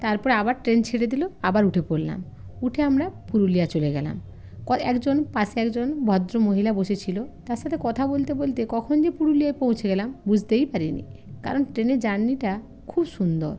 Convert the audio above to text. তারপর আবার ট্রেন ছেড়ে দিলো আবার উঠে পড়লাম উঠে আমরা পুরুলিয়া চলে গেলাম ক একজন পাশে একজন ভদ্রমহিলা বসেছিলো তার সাথে কথা বলতে বলতে কখন যে পুরুলিয়া পৌঁছে গেলাম বুঝতেই পারি নি কারণ ট্রেনের জার্নিটা খুব সুন্দর